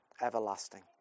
everlasting